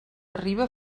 arriba